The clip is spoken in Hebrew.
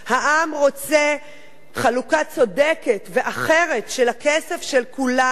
העם רוצה חלוקה צודקת ואחרת של הכסף של כולנו.